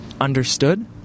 understood